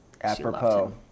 apropos